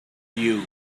you